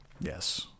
Yes